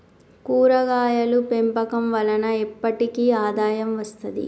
కూరగాయలు పెంపకం వలన ఎప్పటికి ఆదాయం వస్తది